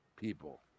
people